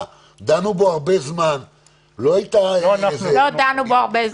דנו בו הרבה זמן --- לא דנו בו הרבה זמן.